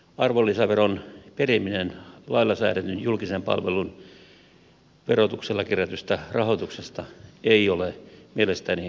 arvonlisäveron periminen lailla säädetyn julkisen palvelun verotuksella kerätystä rahoituksesta ei ole mielestäni oikein